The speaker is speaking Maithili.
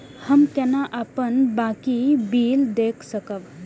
हम केना अपन बाँकी बिल देख सकब?